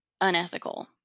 unethical